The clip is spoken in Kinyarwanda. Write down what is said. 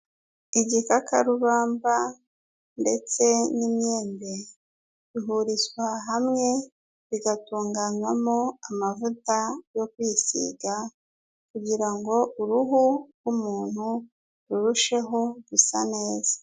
Igikakarubamba ndetse n'imyembe, bihurizwa hamwe bigatunganywamo amavuta yo kwisiga kugira ngo uruhu rw'umuntu rurusheho gusa neza.